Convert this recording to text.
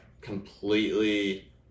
completely